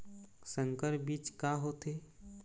संकर बीज का होथे?